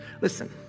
Listen